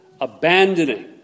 abandoning